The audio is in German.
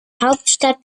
hauptstadt